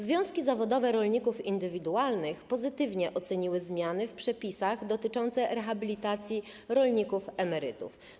Związki zawodowe rolników indywidualnych pozytywnie oceniły zmiany w przepisach dotyczące rehabilitacji rolników emerytów.